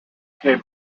came